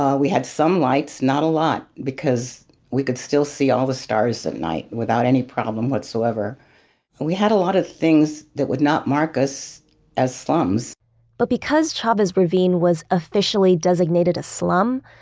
we had some lights, not a lot because we could still see all the stars at night without any problem whatsoever, and we had a lot of things that would not mark us as slums but because chavez ravine was officially designated a slum,